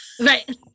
Right